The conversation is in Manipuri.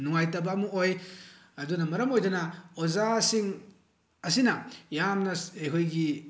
ꯅꯨꯡꯉꯥꯏꯇꯕ ꯑꯃ ꯑꯣꯏ ꯑꯗꯨꯅ ꯃꯔꯝ ꯑꯣꯏꯗꯨꯅ ꯑꯣꯖꯥꯁꯤꯡ ꯑꯁꯤꯅ ꯌꯥꯝꯅ ꯑꯩꯈꯣꯏꯒꯤ